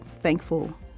thankful